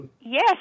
Yes